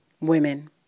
women